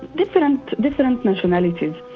different different nationalities.